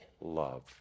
love